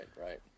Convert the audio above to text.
right